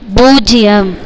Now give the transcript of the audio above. பூஜ்ஜியம்